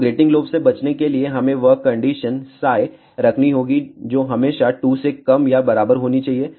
तो grating lobe से बचने के लिए हमें वह कंडीशन रखनी होगी जो हमेशा 2 से कम या बराबर होनी चाहिए